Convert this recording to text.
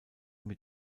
mit